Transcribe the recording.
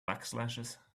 backslashes